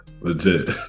Legit